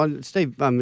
Steve